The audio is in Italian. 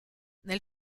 nel